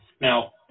Now